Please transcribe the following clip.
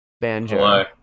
Banjo